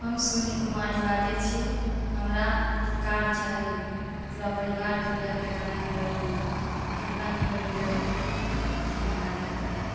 हम सोनी कुमारी बाजै छी हमरा कार चाही पूरा परिवारके लऽ कऽ जेनाइ छै दरभङ्गा कतना किलोमीटर हेतै आओर की भाड़ा लगतै बताबू